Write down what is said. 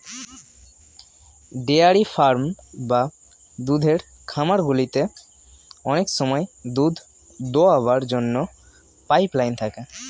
dairy farm বা দুধের খামারগুলিতে অনেক সময় দুধ দোয়াবার জন্য পাইপ লাইন থাকে